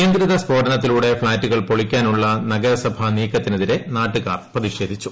നിയന്ത്രിത സ്ഫോടന ത്തിലൂടെ ഫ്ളാറ്റുകൾ പൊളിക്കാനുള്ള നഗരസഭാ നീക്കത്തിനെതിരെ നാട്ടുകാർ പ്രതിഷേധിച്ചു